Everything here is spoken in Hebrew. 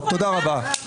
תודה רבה.